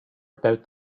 about